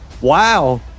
wow